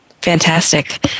fantastic